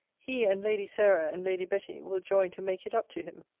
he and lady sarah and lady betty will join to make it up to him.